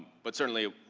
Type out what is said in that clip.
but certainly,